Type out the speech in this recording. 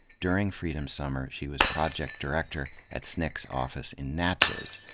during freedom summer she was project director at sncc's office in natchez,